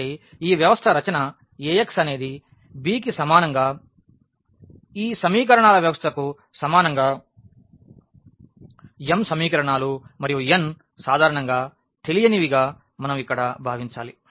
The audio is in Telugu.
కాబట్టి ఈ వ్యవస్థ రచన AX అనేది b కి సమానంగా ఈ సమీకరణాల వ్యవస్థ కు సమానంగా m సమీకరణాలు మరియు n సాధారణంగా తెలియనవిగా మనం ఇక్కడ భావించాలి